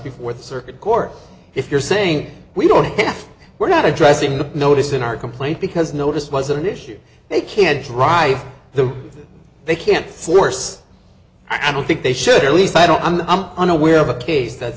before the circuit court if you're saying we don't care we're not addressing the notice in our complaint because notice was an issue they can't drive the they can't force i don't think they should at least i don't i'm unaware of a case that